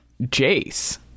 Jace